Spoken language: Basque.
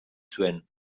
zuen